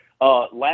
Last